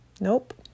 Nope